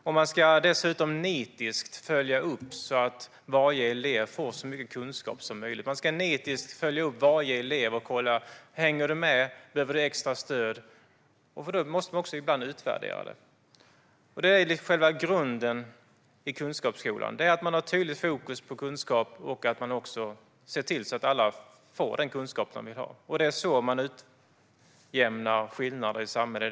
Om man dessutom nitiskt ska följa upp att varje elev får så mycket kunskap som möjligt, kolla om de hänger med eller behöver extra stöd måste man ibland också utvärdera det. Själva grunden i kunskapsskolan är att man har tydligt fokus på kunskap och ser till att alla får den kunskap de vill ha. Det är så man utjämnar skillnader i samhället.